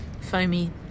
foamy